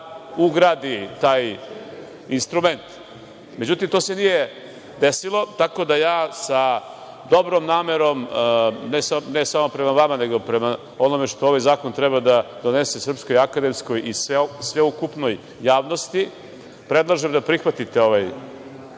ugradi taj instrument. Međutim, to se nije desilo, tako da ja sa dobrom namerom, ne samo prema vama, nego prema onome što ovaj zakon treba da donese srpskoj akademskoj i sveukupnoj javnosti, predlažem da prihvatite ovaj